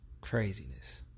craziness